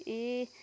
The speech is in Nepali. ए